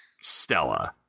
Stella